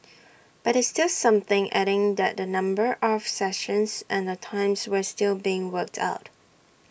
but it's still something adding that the number of sessions and the times were still being worked out